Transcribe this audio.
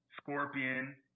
Scorpion